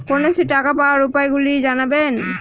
কন্যাশ্রীর টাকা পাওয়ার উপায়গুলি জানাবেন?